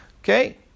Okay